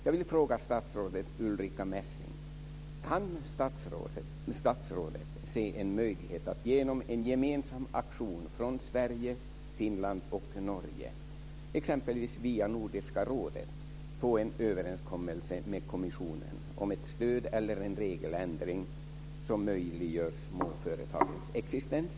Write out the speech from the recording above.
Jag vill fråga statsrådet Ulrica Messing: Kan statsrådet se en möjlighet att genom en gemensam aktion från Sverige, Finland och Norge exempelvis via Nordiska rådet få en överenskommelse med kommissionen om ett stöd eller en regeländring som möjliggör småföretagens existens?